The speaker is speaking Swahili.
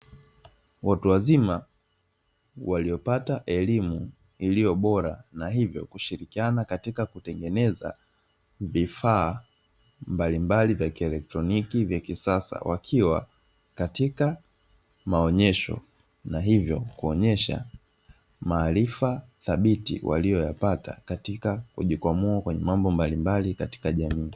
Watu wazima waliopata elimu iliyo bora na hivyo kushirikiana katika kutengeneza vifaa mbalimbali vya kielektroniki vya kisasa, wakiwa katika maonyesho na hivyo kuonyesha maarifa thabiti waliyoyapata katika kujikwamua kwenye mambo mbalimbali katika jamii.